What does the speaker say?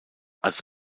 als